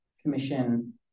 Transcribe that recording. Commission